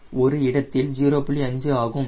5 ஆகும்